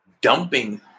dumping